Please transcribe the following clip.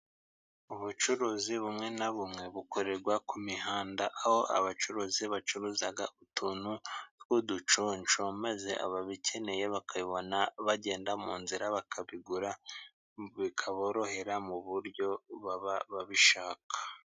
Ubucuruzi bumwe na bumwe bukorerwa ku mihanda ,aho abacuruzi bacuruza utuntu tw'uduconsho maze ababikeneye bakabibona bagenda mu nzira ,bakabigura ,bikaborohera mu buryo baba babishaka.